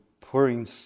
pouring